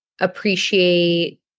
appreciate